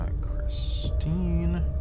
christine